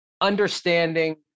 understanding